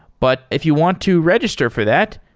but if you want to register for that,